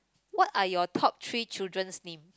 what are your top three children's name